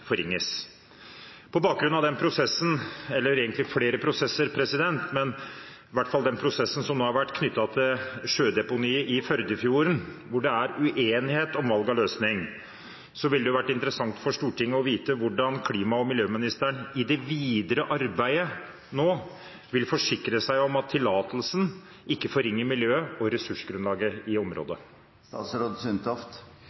forringes. På bakgrunn av i hvert fall den prosessen – det er egentlig flere prosesser – som har vært knyttet til sjødeponiet i Førdefjorden, hvor det er uenighet om valg av løsning, ville det vært interessant for Stortinget å få vite hvordan klima- og miljøministeren i det videre arbeidet vil forsikre seg om at tillatelsen ikke forringer miljøet og ressursgrunnlaget i